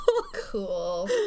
Cool